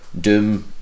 Doom